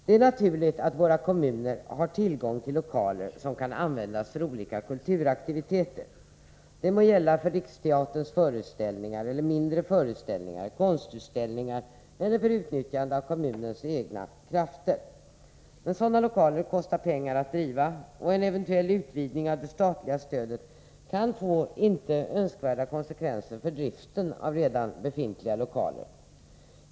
Det är naturligt att våra kommuner har tillgång till lokaler som kan användas för olika kulturaktiviteter. Det må gälla Riksteaterns föreställningar, konstutställningar eller teaterföreställningar där man utnyttjar kommunens egna krafter. Men det kostar pengar att driva sådana lokaler, och en eventuell utvidgning av det statliga stödet kan få inte önskvärda konsekvenser för driften av redan befintliga lokaler.